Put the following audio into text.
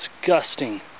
disgusting